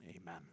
Amen